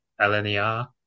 LNER